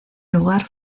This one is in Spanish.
lugar